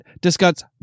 discussed